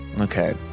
Okay